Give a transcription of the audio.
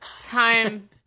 time